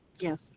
Yes